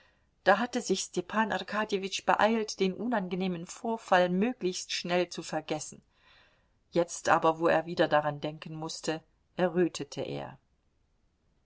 da hatte sich stepan arkadjewitsch beeilt den unangenehmen vorfall möglichst schnell zu vergessen jetzt aber wo er wieder daran denken mußte errötete er